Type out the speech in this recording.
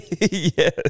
Yes